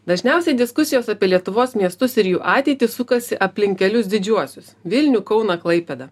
dažniausiai diskusijos apie lietuvos miestus ir jų ateitį sukasi aplink kelius didžiuosius vilnių kauną klaipėdą